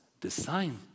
design